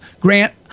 grant